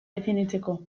definitzeko